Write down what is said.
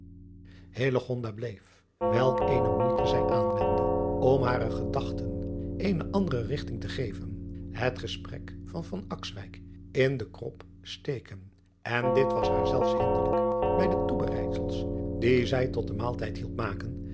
bleef welk eene moeite zij aanwendde om hare gedachten eene andere rigting te geven het gesprek van in den krop steken en dit was haar zelfs hinderlijk bij de toebereidsels die zij tot den maaltijd hielp maken